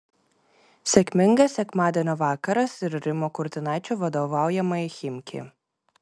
sėkmingas sekmadienio vakaras ir rimo kurtinaičio vadovaujamai chimki